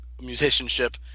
musicianship